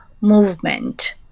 movement